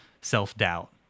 self-doubt